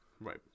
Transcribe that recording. Right